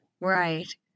Right